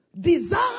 Design